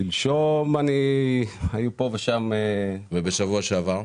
שלשום היו פה ושם --- ושבוע שעבר?